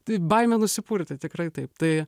tai baimė nusipurtė tikrai taip tai